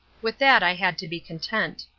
with that i had to be content.